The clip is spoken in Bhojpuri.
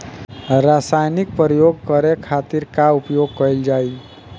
रसायनिक प्रयोग करे खातिर का उपयोग कईल जाइ?